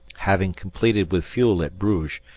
having completed with fuel at bruges,